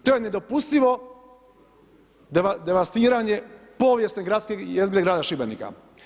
To je nedopustivo devastiranje povijesne gradske jezgre grada Šibenika.